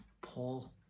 Paul